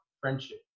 friendship